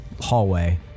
hallway